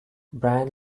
bryan